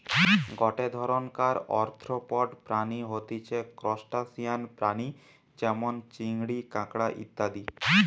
গটে ধরণকার আর্থ্রোপড প্রাণী হতিছে ত্রুসটাসিয়ান প্রাণী যেমন চিংড়ি, কাঁকড়া ইত্যাদি